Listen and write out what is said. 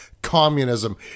communism